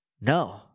No